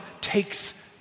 takes